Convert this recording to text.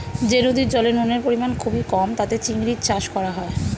যে নদীর জলে নুনের পরিমাণ খুবই কম তাতে চিংড়ির চাষ করা হয়